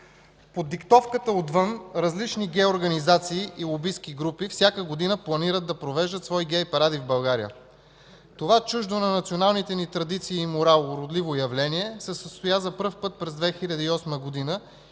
Под диктовка отвън различни гей организации и лобистки групи всяка година планират да провеждат свои гей паради в България. Това чуждо на националните ни традиции и морал уродливо явление се състоя за пръв път през 2008 г. и